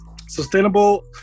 sustainable